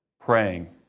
Praying